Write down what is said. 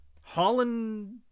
Holland